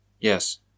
Yes